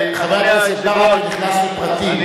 חבר הכנסת ברכה נכנס לפרטים,